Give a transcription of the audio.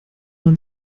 man